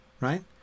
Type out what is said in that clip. right